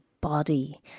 body